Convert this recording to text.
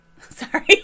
Sorry